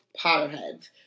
Potterheads